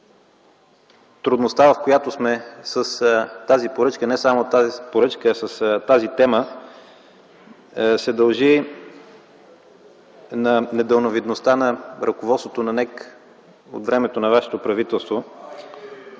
трудността, в която сме с тази поръчка, не само с нея, а и с тази тема, се дължи на недалновидността на ръководството на НЕК от времето на вашето правителство.